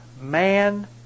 man